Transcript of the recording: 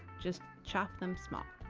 just chop them small.